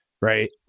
right